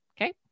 Okay